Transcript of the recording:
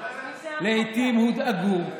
לעיתים הודאגו,